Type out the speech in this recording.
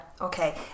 okay